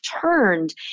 turned